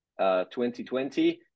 2020